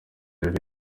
rero